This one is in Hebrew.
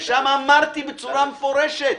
ושם אמרתי בצורה מפורשת